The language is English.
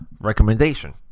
recommendation